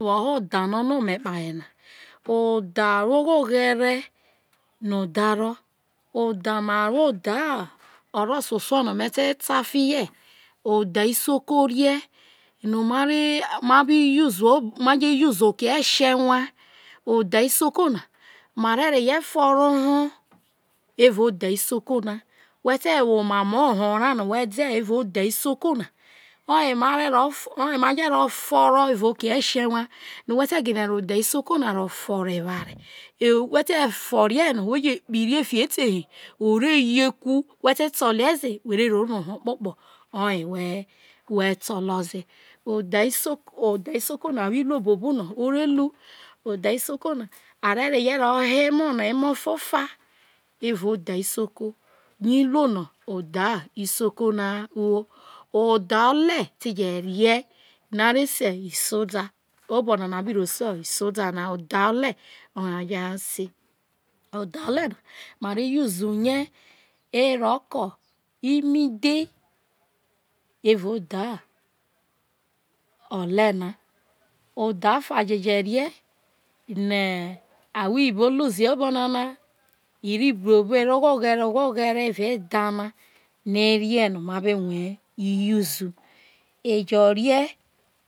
Otha ma wo oghere no othat o̱ ro ma wo otha isoko no no ma je use evao oke anwa othat isoko na ma re̱ ro̱ fere oho̱ otha isoko na o wo iruo buobu no o re ru otha isoko na a re reho ho̱ emo na emo̱ fofa eva otha isoko otha ole̱ te je rie oyeho isoda hayo otha ole a je se obo̱nana a bi se otha isoda ma re use rie ko imithe eva otha o̱le̱ na otha efa rie no ahwo iyibo ru̱ ze obonana no̱ ma be rie use su e jo rie